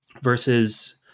versus